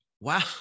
wow